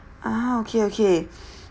ah okay okay